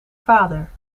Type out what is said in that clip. vader